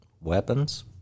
weapons